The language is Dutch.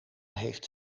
heeft